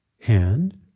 hand